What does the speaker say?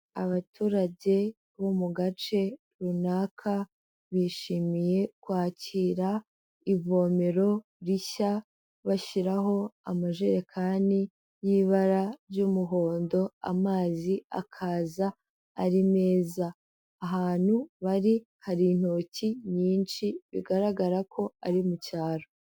Abaturage bo mu gace runaka bishimiye kwakira ivomero rishya bashyiraho amajerekani y'ibara ry'umuhondo amazi akaza ari meza. Ahantu bari hari intoki nyinshi bigaragara ko ari mu cyaro.